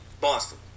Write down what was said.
Boston